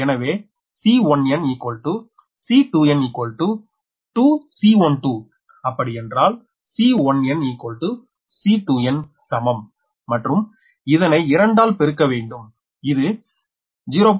எனவே C1n C2n 2 C12 அப்படி என்றல் C1n C2n சமம் மற்றும் இதனை 2 ஆல் பெருக்க வேண்டும் இது 0